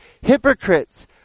hypocrites